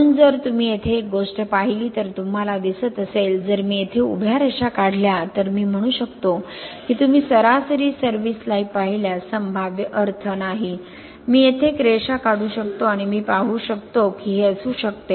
म्हणून जर तुम्ही इथे एक गोष्ट पाहिली तर तुम्हाला दिसत असेल जर मी येथे उभ्या रेषा काढल्या तर मी म्हणू शकतो की तुम्ही सरासरी सर्व्हिस लाइफ पाहिल्यास संभाव्य अर्थ नाही मी येथे एक रेषा काढू शकतो आणि मी पाहू शकतो की हे असू शकते